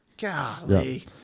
golly